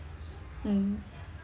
mm